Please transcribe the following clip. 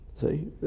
See